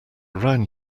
round